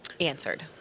answered